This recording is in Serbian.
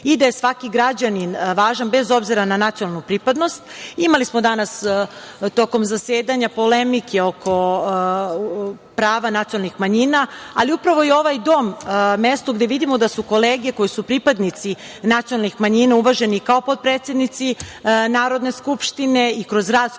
i da je svaki građanin važan bez obzira na nacionalnu pripadnost. Imali smo danas tokom zasedanja polemike oko prava nacionalnih manjina, ali upravo je ovaj dom mesto gde vidimo da su kolege koji su pripadnici nacionalnih manjina, uvaženi kao potpredsednici Narodne skupštine i kroz rad skupštinskog